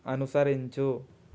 అనుసరించు